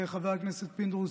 חבר הכנסת פינדרוס,